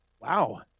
Wow